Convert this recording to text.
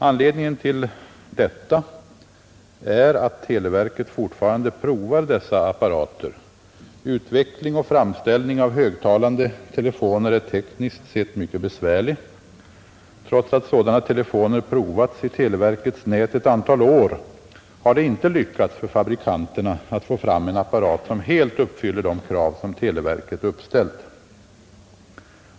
Anledningen till detta är att televerket fortfarande provar dessa apparater, Utveckling och framställning av högtalande telefoner är tekniskt sett mycket besvärlig. Trots att sådana telefoner provats i televerkets nät ett antal år, har det inte lyckats för fabrikanterna att få fram en apparat som helt uppfyller de krav som televerket uppställt.